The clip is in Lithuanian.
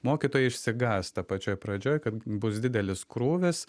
mokytojai išsigąsta pačioj pradžioj kad bus didelis krūvis